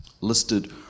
Listed